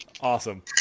Awesome